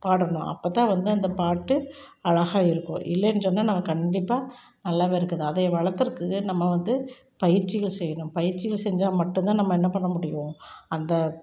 பாடணும் அப்போ தான் வந்து அந்த பாட்டு அழகாக இருக்கும் இல்லைனு சொன்னால் நம்ம கண்டிப்பாக நல்லாவே இருக்காது அதே வளர்த்துறக்கு நம்ம வந்து பயிற்சிகள் செய்யணும் பயிற்சிகள் செஞ்சால் மட்டும் தான் நம்ம என்ன பண்ண முடியும் அந்த